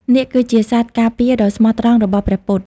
នាគ គឺជាសត្វការពារដ៏ស្មោះត្រង់របស់ ព្រះពុទ្ធ។